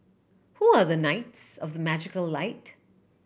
who are the knights of the magical light